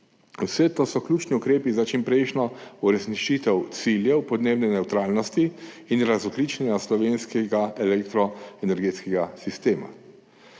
Vse to so ključni ukrepi za čimprejšnjo uresničitev ciljev podnebne nevtralnosti in razogljičenja slovenskega elektroenergetskega sistema.